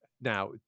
now